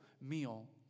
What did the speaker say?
meal